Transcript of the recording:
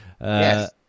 Yes